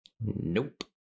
Nope